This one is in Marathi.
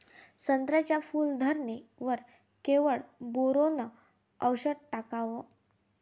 संत्र्याच्या फूल धरणे वर केवढं बोरोंन औषध टाकावं?